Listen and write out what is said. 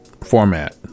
format